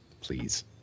please